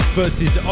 versus